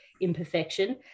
imperfection